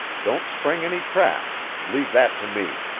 don't spring any traps leave that to me.